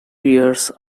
years